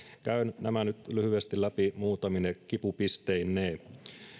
käyn nämä nyt lyhyesti läpi muutamine kipupisteineen